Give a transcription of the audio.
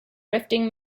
rifting